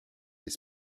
des